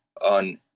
on